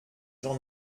jean